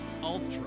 ultra